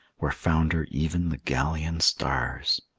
where founder even the galleon stars.